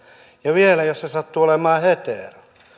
ja vielä jos se sattuu olemaan hetero